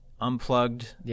Unplugged